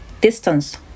distance